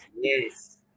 Yes